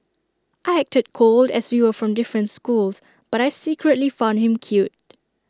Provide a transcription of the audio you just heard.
I acted cold as you were from different schools but I secretly found him cute